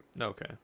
Okay